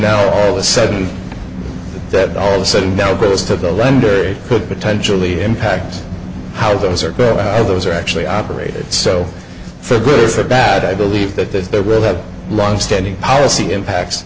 now all the sudden that all the sudden now goes to the lender it could potentially impact how those are bad those are actually operated so for good or for bad i believe that they will have long standing policy impacts